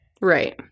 Right